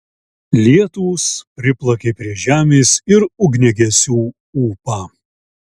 lietūs priplakė prie žemės ir ugniagesių ūpą